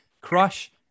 Crush